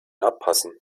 abpassen